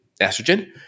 estrogen